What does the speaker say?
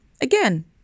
Again